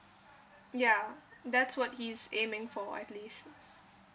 ya that's what he's aiming for at least